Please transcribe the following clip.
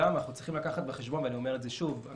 אנחנו צריכים לקחת בחשבון ואני אומר את זה שוב,